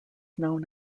known